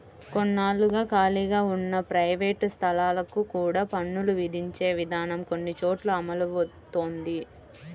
కొన్నాళ్లుగా ఖాళీగా ఉన్న ప్రైవేట్ స్థలాలకు కూడా పన్నులు విధించే విధానం కొన్ని చోట్ల అమలవుతోంది